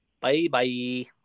Bye-bye